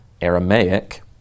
Aramaic